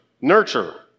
nurture